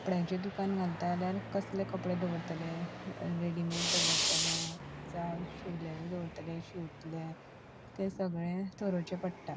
कपड्यांचें दुकान घालता जाल्यार कसले कपडे दवरतले रेडीमेड दवरतले जावं शिवलेले दवरतले शिवतले ते सगळे थरोवचें पडटा